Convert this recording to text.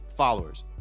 followers